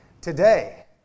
today